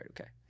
Okay